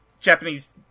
Japanese